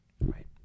right